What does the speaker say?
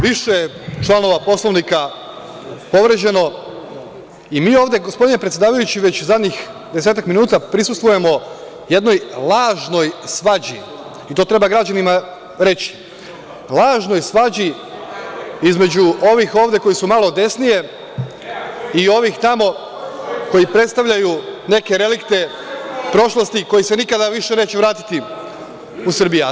Više članova Poslovnika je povređeno i mi ovde, gospodine predsedavajući, zadnjih desetak minuta prisustvujemo jednoj lažnoj svađi i to treba građanima reći, lažnoj svađi između ovih ovde koji su malo desnije i ovih tamo koji predstavljaju neke relikte prošlosti, koji se nikada više neće vratiti u Srbiju.